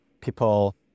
people